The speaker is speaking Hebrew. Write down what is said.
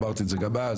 אמרתי את זה גם אז,